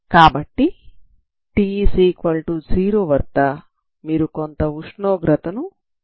కాబట్టి t0 వద్ద మీరు కొంత ఉష్ణోగ్రతను కలిగి ఉన్నారు